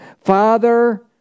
Father